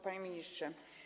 Panie Ministrze!